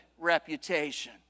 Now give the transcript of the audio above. reputation